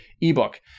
ebook